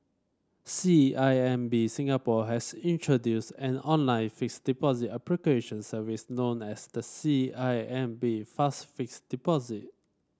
C I M B Singapore has introduced an online fixed deposit application services known as the C I M B Fast Fixed Deposit